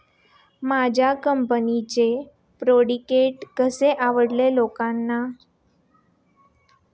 माझ्या कंपनीचे प्रॉडक्ट कसे आवडेल लोकांना?